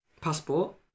Passport